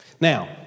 Now